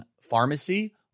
pharmacy